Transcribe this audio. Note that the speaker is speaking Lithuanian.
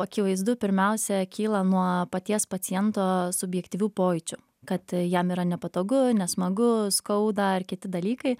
akivaizdu pirmiausia kyla nuo paties paciento subjektyvių pojūčių kad jam yra nepatogu nesmagu skauda ar kiti dalykai